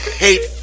hate